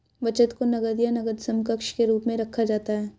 बचत को नकद या नकद समकक्ष के रूप में रखा जाता है